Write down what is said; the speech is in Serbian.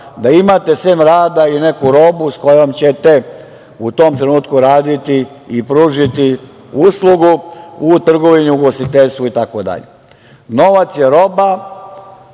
da imate sem rada i neku robu s kojom ćete u tom trenutku raditi i pružiti uslugu u trgovini, ugostiteljstvu, itd. Novac je roba